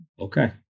Okay